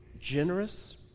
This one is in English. generous